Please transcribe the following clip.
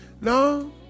No